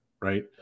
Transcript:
right